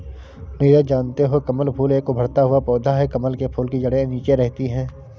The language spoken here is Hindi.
नीरज जानते हो कमल फूल एक उभरता हुआ पौधा है कमल के फूल की जड़े नीचे रहती है